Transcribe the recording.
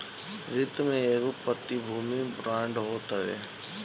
वित्त में एगो प्रतिभूति बांड होत हवे